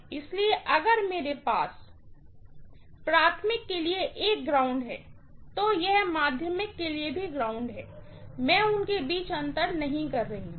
इसलिए अगर मेरे पास प्राइमरी के लिए एक ग्राउंड है तो यह सेकेंडरी के लिए भी ग्राउंड है मैं उनके बीच अंतर नहीं कर रही हूँ